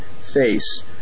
face